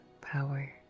power